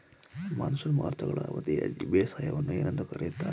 Monsoon ಮಾರುತಗಳ ಅವಧಿಯ ಬೇಸಾಯವನ್ನು ಏನೆಂದು ಕರೆಯುತ್ತಾರೆ?